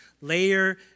layer